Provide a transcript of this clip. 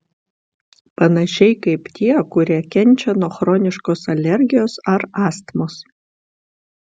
panašiai kaip tie kurie kenčia nuo chroniškos alergijos ar astmos